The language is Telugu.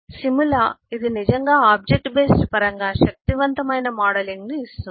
సిములా ఇది నిజంగా ఆబ్జెక్ట్ బేస్డ్ పరంగా శక్తివంతమైన మోడలింగ్ను ఇస్తుంది